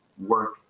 work